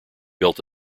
built